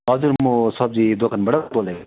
हजुर म सब्जी दोकानबाट बोलेको त